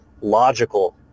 logical